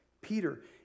Peter